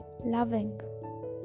loving